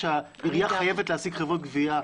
שהעירייה חייבת להעסיק חברות גבייה.